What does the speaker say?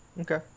Okay